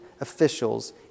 officials